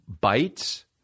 Bites